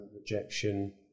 rejection